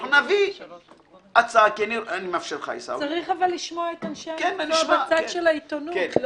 אנחנו נביא הצעה --- אבל צריך לשמוע את אנשי המקצוע בצד של העיתונות.